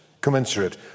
commensurate